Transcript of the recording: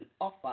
offer